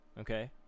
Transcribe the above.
okay